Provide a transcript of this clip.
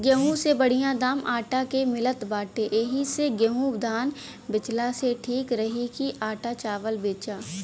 गेंहू से बढ़िया दाम आटा के मिलत बाटे एही से गेंहू धान बेचला से ठीक रही की आटा चावल बेचा